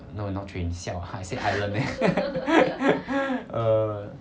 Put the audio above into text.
no no no not train 巷啊 I say island leh err